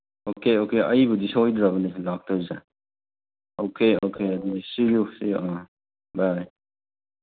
okay okay ꯑꯩꯕꯨꯗꯤ ꯁꯣꯏꯗ꯭ꯔꯕꯅꯦ ꯂꯥꯛꯇꯣꯏꯁꯦ ꯑꯣꯀꯦ ꯑꯣꯀꯦ ꯑꯗꯨꯗꯨ ꯁꯤ ꯌꯨ ꯁꯤ ꯌꯨ ꯑꯥ ꯕꯥꯏ